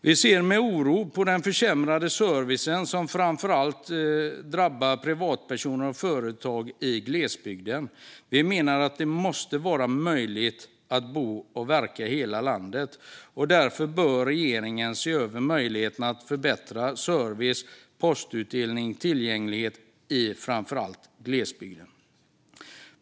Vi ser med oro på den försämrade service som drabbar framför allt privatpersoner och företag i glesbygden. Vi menar att det måste vara möjligt att bo och verka i hela landet. Därför bör regeringen se över möjligheterna att förbättra service, postutdelning och tillgänglighet i framför allt glesbygden.